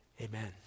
Amen